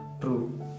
True